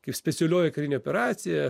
kaip specialioji karinė operacija